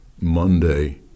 Monday